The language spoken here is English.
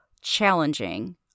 challenging